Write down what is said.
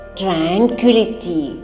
tranquility